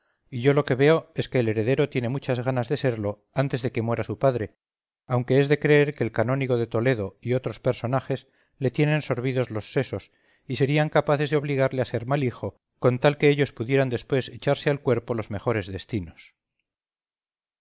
y yo lo que veo es que el heredero tiene muchas ganas de serlo antes de que muera su padre aunque es de creer que el canónigo de toledo y otros personajes le tienen sorbidos los sesos y serían capaces de obligarle a ser mal hijo con tal que ellos pudieran después echarse al cuerpo los mejores destinos